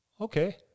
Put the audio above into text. okay